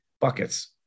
buckets